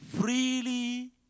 freely